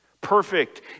perfect